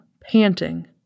panting